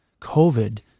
COVID